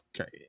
okay